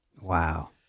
Wow